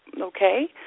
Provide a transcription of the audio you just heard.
okay